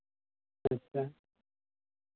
ᱟᱪᱪᱷᱟ